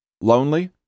Lonely